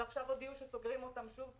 ועכשיו הודיעו שסוגרים אותם שוב.